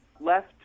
left